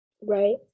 Right